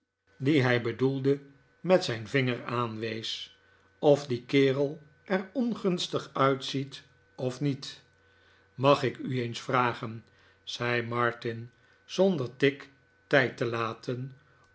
dien hij bedoelde met zijn vinger aanwees of die kerel er ongunstig uitziet of niet mag ik u eens vragen zei martin zonder tigg tijd te laten